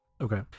okay